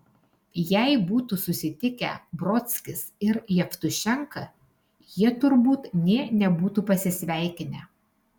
jei būtų susitikę brodskis ir jevtušenka jie turbūt nė nebūtų pasisveikinę